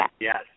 yes